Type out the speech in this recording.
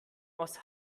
aus